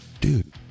dude